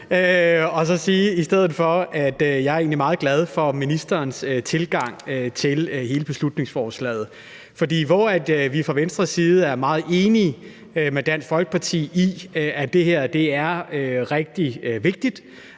at jeg egentlig er meget glad for ministerens tilgang til hele beslutningsforslaget. Vi er fra Venstres side meget enige med Dansk Folkeparti i, at det er rigtig vigtigt,